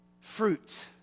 fruit